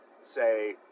say